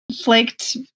flaked